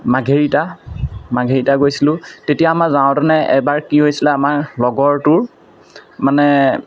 মাৰ্ঘেৰিটা মাৰ্ঘেৰিটা গৈছিলোঁ তেতিয়া আমাৰ যাওঁতেনে এবাৰ কি হৈছিলে আমাৰ লগৰটোৰ মানে